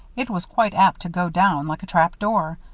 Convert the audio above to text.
it was quite apt to go down like a trap-door,